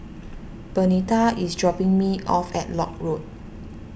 Bernita is dropping me off at Lock Road